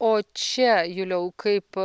o čia juliau kaip